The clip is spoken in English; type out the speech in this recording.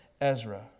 Ezra